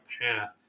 path